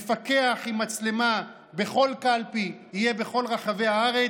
מפקח עם מצלמה בכל קלפי יהיה בכל רחבי הארץ,